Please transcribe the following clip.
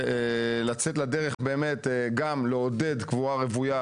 ולצאת לדרך באמת גם לעודד קבורה רוויה